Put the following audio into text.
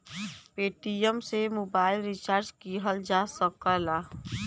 Paytm से mobile recharge किहल जा सकला